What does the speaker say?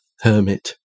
hermit